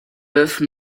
bœuf